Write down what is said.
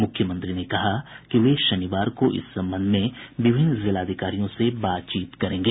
मुख्यमंत्री ने कहा कि वे शनिवार को इस संबंध में विभिन्न जिलों के जिलाधिकारियों से बातचीत करेंगे